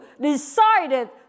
decided